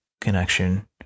connection